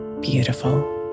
beautiful